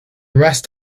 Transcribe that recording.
rest